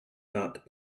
not